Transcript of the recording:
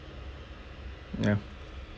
ya